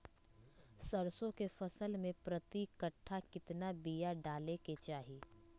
सरसों के फसल में प्रति कट्ठा कितना बिया डाले के चाही?